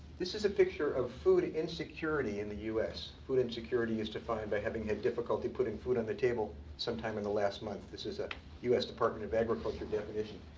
this is a picture of food insecurity in the us. food insecurity is defined by having a difficulty putting food on the table sometime in the last month. this is a us department of agriculture definition.